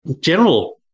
general